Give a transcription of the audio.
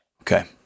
okay